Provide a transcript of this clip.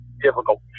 difficult